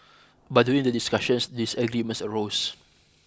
but during the discussions disagreements arose